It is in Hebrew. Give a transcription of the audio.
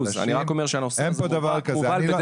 אין פה דבר כזה --- בזה אני מסכים איתך ב-100 אחוז.